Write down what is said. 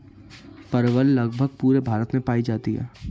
परवल लगभग पूरे भारत में पाई जाती है